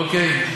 אוקיי.